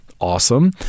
Awesome